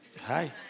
hi